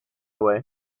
away